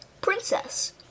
Princess